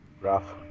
Rough